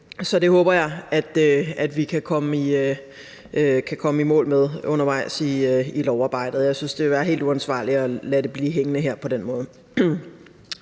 Så det håber jeg vi kan komme i mål med undervejs i lovarbejdet, og jeg synes, det ville være helt uansvarligt at lade det blive hængende her på den måde.